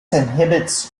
inhibits